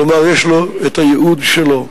כלומר יש לו הייעוד שלו.